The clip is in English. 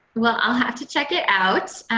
well, i'll have to check it out. and